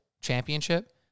championship